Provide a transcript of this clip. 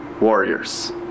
warriors